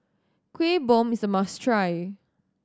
Kueh Bom is a must try